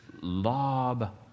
lob